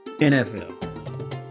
NFL